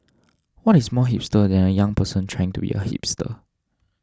what is more hipster than a young person trying to be a hipster